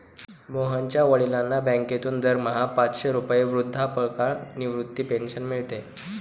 मोहनच्या वडिलांना बँकेतून दरमहा पाचशे रुपये वृद्धापकाळ निवृत्ती पेन्शन मिळते